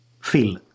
feel